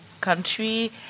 country